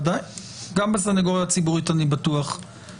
אני בטוח שגם בסנגוריה הציבורית שואלים.